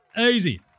Easy